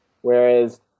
whereas